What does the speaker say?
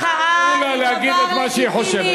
מחאה, מחאה, תנו לה להגיד את מה שהיא חושבת.